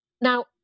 Now